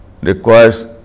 requires